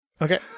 Okay